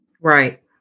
right